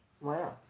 Wow